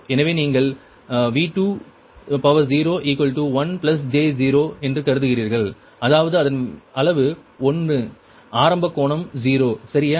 எனவே நீங்கள் V20 1 j0 என்று கருதுகிறீர்கள் அதாவது அதன் அளவு 1 ஆரம்ப கோணம் 0 சரியா